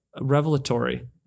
revelatory